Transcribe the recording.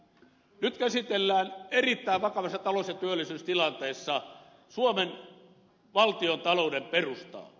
nyt käsitellään erittäin vakavassa talous ja työllisyystilanteessa suomen valtiontalouden perustaa